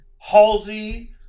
Halsey